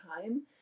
time